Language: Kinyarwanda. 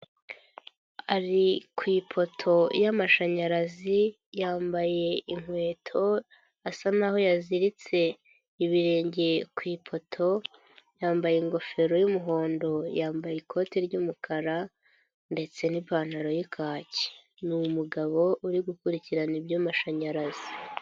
Ari ku ipoto y'amashanyarazi, yambaye inkweto asa naho yaziritse ibirenge ku ipoto, yambaye ingofero y'umuhondo, yambaye ikote ry'umukara ndetse n'ipantaro y'ikaki, ni umugabo uri gukurikirana iby'amashanyarazi.